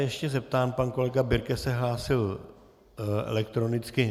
Ještě se zeptám pan kolega Birke se hlásil elektronicky?